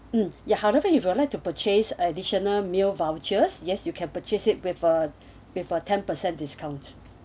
mm ya however if you would like to purchase additional meal vouchers yes you can purchase it with a with a ten percent discount